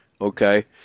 okay